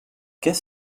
qu’est